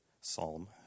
Psalm